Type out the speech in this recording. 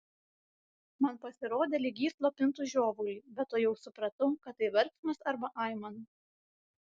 man pasirodė lyg ji slopintų žiovulį bet tuojau supratau kad tai verksmas arba aimana